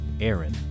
Aaron